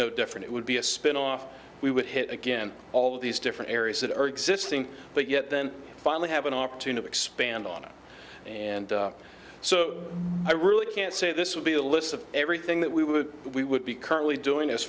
no different it would be a spin off we would hit again all these different areas that are existing but yet then finally have an opportunity expand on it and so i really can't say this will be a list of everything that we would we would be currently doing